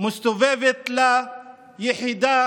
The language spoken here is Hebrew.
מסתובבת לה יחידה